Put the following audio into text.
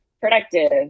productive